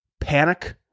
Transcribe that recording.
panic